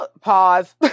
Pause